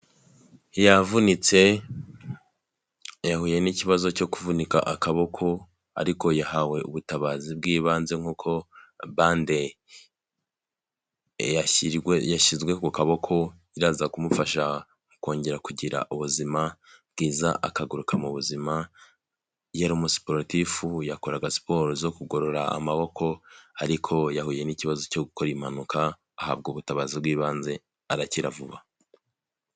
Yavunitse, yahuye n'ikibazo cyo kuvunika akaboko ariko yahawe ubutabazi bw'ibanze nkuko bande yashyizwe ku kaboko iraza kumufasha mu kongera kugira ubuzima bwiza, akagaruka mu buzima, yari umusiporutifu, yakoraga siporo zo kugorora amaboko, ariko yahuye n'ikibazo cyo gukora impanuka, ahabwa ubutabazi bw'ibanze, arakira vuba.